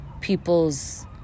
people's